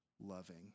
loving